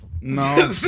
No